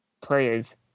players